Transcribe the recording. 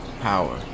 power